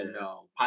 no